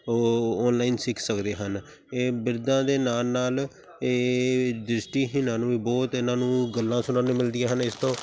ਉਹ ਔਨਲਾਈਨ ਸਿੱਖ ਸਕਦੇ ਹਨ ਇਹ ਬਿਰਧਾਂ ਦੇ ਨਾਲ ਨਾਲ ਇਹ ਦ੍ਰਿਸ਼ਟੀਹੀਣਾਂ ਨੂੰ ਵੀ ਬਹੁਤ ਇਹਨਾਂ ਨੂੰ ਗੱਲਾਂ ਸੁਣਨ ਨੂੰ ਮਿਲਦੀਆਂ ਹਨ ਇਸ ਤੋਂ